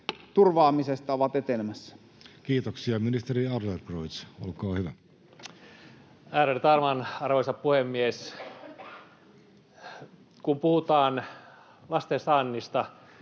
turvaamisesta ovat etenemässä? Kiitoksia. — Ministeri Adlercreutz, olkaa hyvä. Ärade talman, arvoisa puhemies! Kun puhutaan lasten saannista,